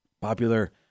Popular